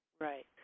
Right